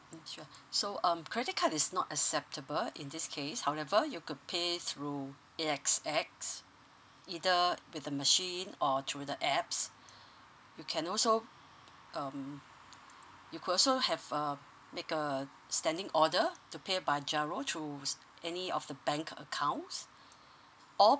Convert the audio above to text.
sure so um credit card is not acceptable in this case however you could pay through A_S_X either with the machine or through the apps you can also um you could also have um make uh standing order to pay by G_I_R_O through any of the bank accounts or